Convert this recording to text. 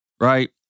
right